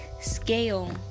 scale